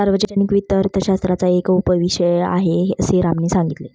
सार्वजनिक वित्त हा अर्थशास्त्राचा एक उपविषय आहे, असे रामने सांगितले